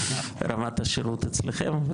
רמת השירות אצלכם,